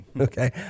Okay